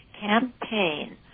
campaign